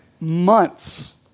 Months